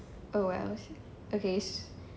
oh well okay